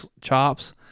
chops